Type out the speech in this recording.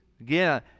again